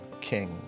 King